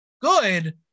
good